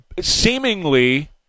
seemingly